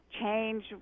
change